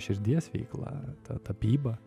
širdies veikla ta tapyba